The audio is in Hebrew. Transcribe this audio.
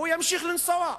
הוא ימשיך לנסוע.